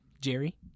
Jerry